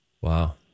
Wow